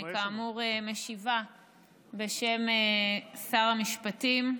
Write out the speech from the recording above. אני כאמור משיבה בשם שר המשפטים: